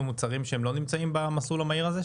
מוצרים שלא נמצאים במסלול המהיר הזה,